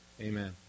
Amen